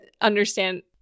understand